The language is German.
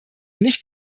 nicht